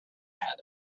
had